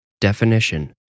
Definition